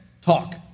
talk